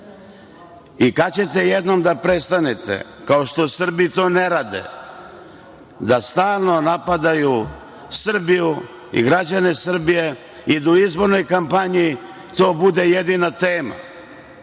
UČK.Kad ćete jednom da prestanete, kao što Srbi to ne rade, da stalno napadaju Srbiju i građane Srbije i da u izbornoj kampanji to bude jedina tema?